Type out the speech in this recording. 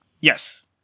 Yes